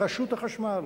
רשות החשמל.